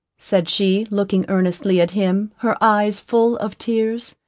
said she, looking earnestly at him, her eyes full of tears,